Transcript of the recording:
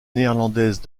néerlandaise